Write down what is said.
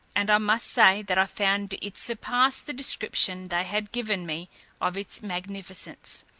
and i must say that i found it surpassed the description they had given me of its magnificence.